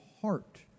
heart